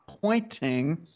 pointing